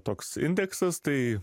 toks indeksas tai